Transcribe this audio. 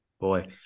boy